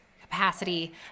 capacity